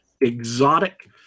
exotic